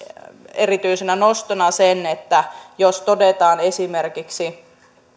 erityisenä nostona sen että jos todetaan esimerkiksi